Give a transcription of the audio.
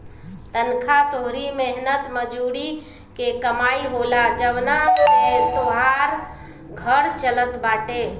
तनखा तोहरी मेहनत मजूरी के कमाई होला जवना से तोहार घर चलत बाटे